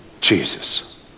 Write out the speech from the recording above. Jesus